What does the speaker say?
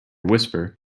whisper